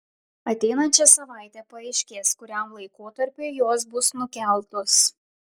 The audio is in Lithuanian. ateinančią savaitę paaiškės kuriam laikotarpiui jos bus nukeltos